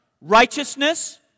righteousness